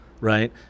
right